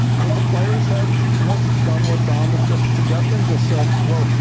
and could the players have have done what dom is just suggesting, just said, well,